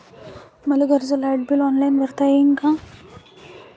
मले घरचं light bill online भरता येईन का?